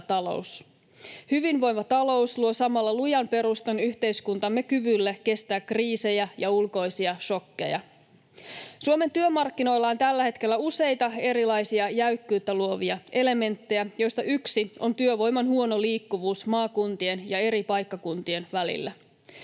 talous. Hyvinvoiva talous luo samalla lujan perustan yhteiskuntamme kyvylle kestää kriisejä ja ulkoisia šokkeja. Suomen työmarkkinoilla on tällä hetkellä useita erilaisia jäykkyyttä luovia elementtejä, joista yksi on työvoiman huono liikkuvuus maakuntien ja eri paikkakuntien välillä.